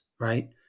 right